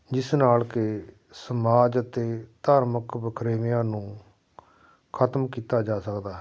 ਜਿਸ ਨਾਲ ਕਿ ਸਮਾਜ ਅਤੇ ਧਾਰਮਿਕ ਵਖਰੇਵਿਆਂ ਨੂੰ ਖਤਮ ਕੀਤਾ ਜਾ ਸਕਦਾ ਹੈ